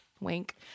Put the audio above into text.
Wink